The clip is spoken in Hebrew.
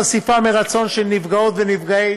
חשיפה מרצון של נפגעות ונפגעי